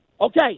Okay